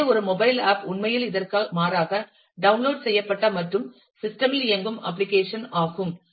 எனவே ஒரு mobile app உண்மையில் இதற்கு மாறாக டவுன்லோட் செய்யப்பட்ட மற்றும் சிஸ்டம் இல் இயங்கும் அப்ளிகேஷன் ஆகும்